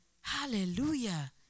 Hallelujah